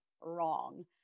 wrong